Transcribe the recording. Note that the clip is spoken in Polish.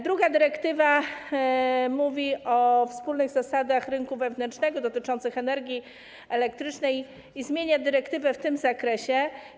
Druga dyrektywa mówi o wspólnych zasadach rynku wewnętrznego dotyczących energii elektrycznej i zmienia dyrektywę w tym zakresie.